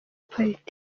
politiki